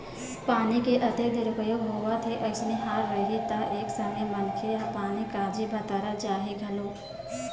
पानी के अतेक दुरूपयोग होवत हे अइसने हाल रइही त एक समे मनखे ह पानी काजी बर तरस जाही घलोक